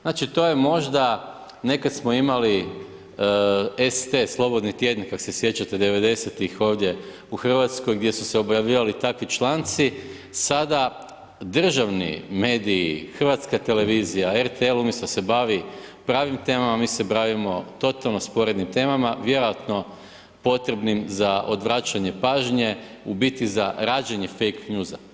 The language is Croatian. Znači to je možda, nekad smo imali ST, slobodni tjedni ako se sjećate 90-ih ovdje u Hrvatskoj gdje su se objavljivali takvi članci, sada državni mediji, Hrvatska televizija, RTL, umjesto da se bavi pravim temama mi se bavimo totalno sporednim temama, vjerojatno potrebnim za odvraćanje pažnje, u biti za rađenje fake newsa.